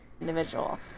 individual